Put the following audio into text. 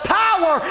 power